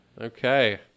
Okay